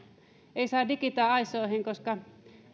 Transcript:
ei saa digitaa aisoihin koska